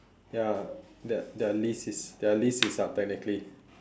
ya their their lease is their lease is up technically